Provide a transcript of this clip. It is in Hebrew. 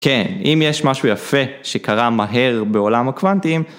כן, אם יש משהו יפה שקרה מהר בעולם הקוונטים...